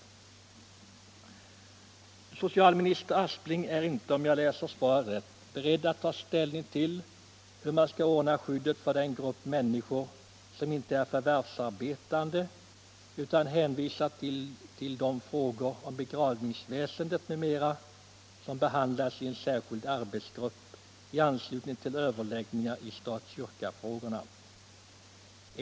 Socialminister Aspling är inte, om jag läser svaret rätt, beredd att ta ställning till hur man skall ordna skyddet för den grupp människor som inte är förvärvsarbetande. Han hänvisar i stället till de frågor om begravningsväsendet m.m. som behandlas i en särskild arbetsgrupp i anslutning till överläggningarna i stat-kyrka-frågorna.